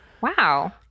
wow